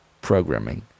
programming